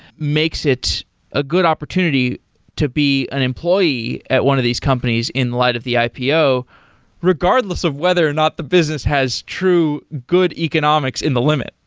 makes it a good opportunity to be an employee at one of these companies in light of the ipo regardless of whether or not the business has true good economics in the limit.